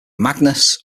magnus